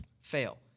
fail